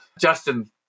Justin